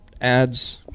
ads